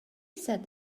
said